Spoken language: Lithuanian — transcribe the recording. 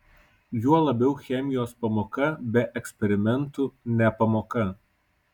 juo labiau chemijos pamoka be eksperimentų ne pamoka